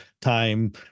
time